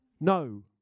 No